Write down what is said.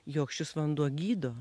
jog šis vanduo gydo